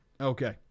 Okay